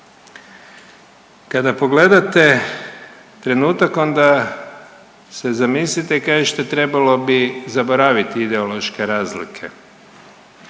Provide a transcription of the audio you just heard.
Kada pogledate trenutak onda se zamislite i kažete trebalo bi zaboraviti ideološke razlike